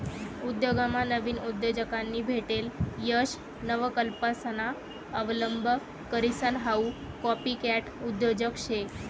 उद्योगमा नाविन उद्योजकांनी भेटेल यश नवकल्पनासना अवलंब करीसन हाऊ कॉपीकॅट उद्योजक शे